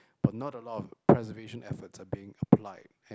but not a lot of preservation efforts are being applied and